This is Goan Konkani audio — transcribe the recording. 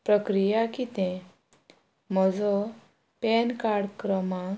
प्रक्रिया कितें म्हजो पॅन कार्ड क्रमांक